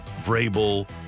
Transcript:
Vrabel